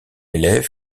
élève